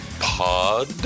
pod